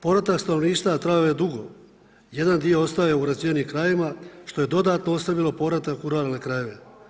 Povratak stanovništva trajao je dugo, jedan dio ostao je u razvijenim krajevima što je dodatno ostavilo povratak u ruralne krajeve.